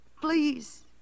Please